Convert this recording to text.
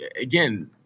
again